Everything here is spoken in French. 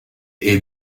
est